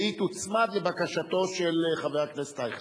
והיא תוצמד לבקשתו של חבר הכנסת אייכלר,